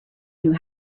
knew